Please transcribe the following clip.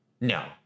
No